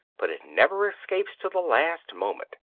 but it never escapes till the last moment.